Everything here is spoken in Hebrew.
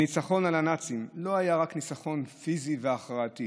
הניצחון על הנאצים לא היה זה רק ניצחון פיזי והכרעתי.